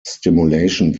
stimulation